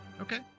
Okay